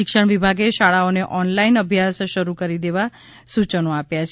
શિક્ષણ વિભાગે શાળાઓને ઓનલાઈન અભ્યાસ શરૂ કરી દેવા સૂચનો આપ્યા છે